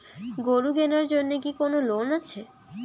গরু কেনার জন্য কি কোন লোন আছে?